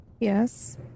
Yes